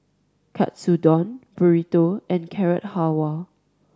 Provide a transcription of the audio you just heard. Katsudon Burrito and Carrot Halwa